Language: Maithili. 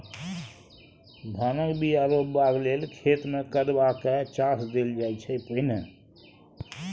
धानक बीया रोपबाक लेल खेत मे कदबा कए चास देल जाइ छै पहिने